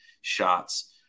shots